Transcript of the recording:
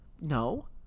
No